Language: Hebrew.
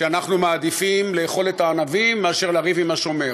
שאנחנו מעדיפים לאכול את הענבים מאשר לריב עם השומר.